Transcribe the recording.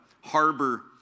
harbor